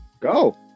Go